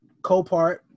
Copart